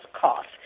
cost